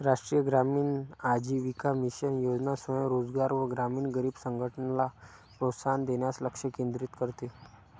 राष्ट्रीय ग्रामीण आजीविका मिशन योजना स्वयं रोजगार व ग्रामीण गरीब संघटनला प्रोत्साहन देण्यास लक्ष केंद्रित करते